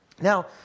Now